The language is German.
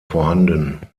vorhanden